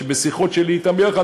בשיחות שלי אתם יחד,